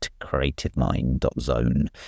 creativemind.zone